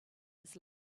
his